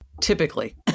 Typically